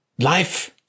Life